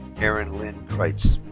erin lynne crites.